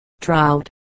trout